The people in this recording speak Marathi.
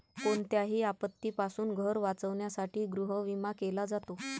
कोणत्याही आपत्तीपासून घर वाचवण्यासाठी गृहविमा केला जातो